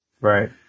Right